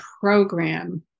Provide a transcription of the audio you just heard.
program